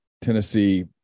Tennessee